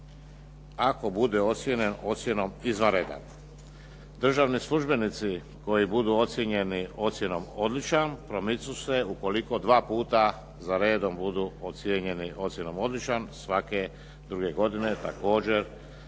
ako bude ocjenom izvanredan. Državni službenici koji budu ocjenjeni ocjenom odličan, promiču se ukoliko dva puta za redom budu ocjenjeni ocjenom odličan, svake druge godine također